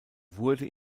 wurde